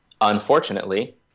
Unfortunately